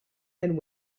and